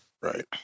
Right